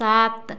सात